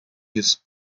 dieses